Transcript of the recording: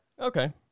Okay